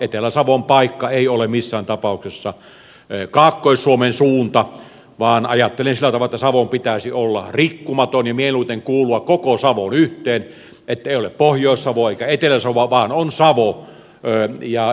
etelä savon paikka ei ole missään tapauksessa kaakkois suomen suunta vaan ajattelen sillä tavalla että savon pitäisi olla rikkumaton ja mieluiten kuulua koko savon yhteen niin että ei ole pohjois savoa eikä etelä savoa vaan on savo